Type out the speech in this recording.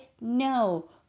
No